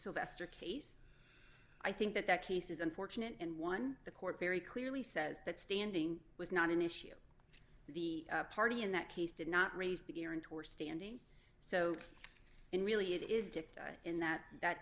sylvester case i think that that case is unfortunate and one the court very clearly says that standing was not an issue the party in that case did not raise the guarantor standing so and really it is dipped in that that